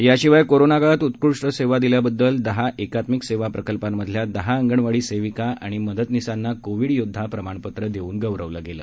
याशिवाय कोरोना काळात उत्कृष्ट सेवा दिल्याबद्दल दहा एकात्मिक सेवा प्रकल्पांमधल्या दहा अंगणवाडी सेविका आणि मदतनीसांना कोविड योद्धा प्रमाणपत्र देऊन गौरवलं गेलं